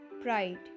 pride